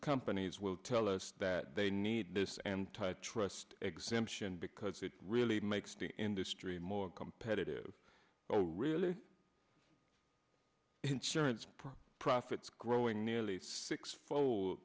companies will tell us that they need this anti trust exemption because it really makes the industry more competitive oh really insurance for profits growing nearly six fo